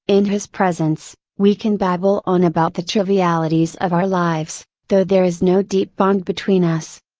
in his presence, we can babble on about the trivialities of our lives, though there is no deep bond between us.